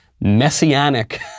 messianic